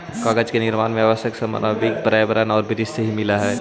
कागज के निर्माण के आवश्यक सामग्री पर्यावरण औउर वृक्ष से ही मिलऽ हई